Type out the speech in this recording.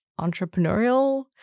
entrepreneurial –